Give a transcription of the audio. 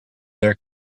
their